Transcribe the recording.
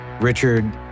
Richard